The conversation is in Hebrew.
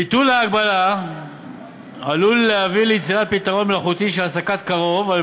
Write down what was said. ביטול ההגבלה עלול להביא ליצירת פתרון מלאכותי של העדפת העסקת קרוב על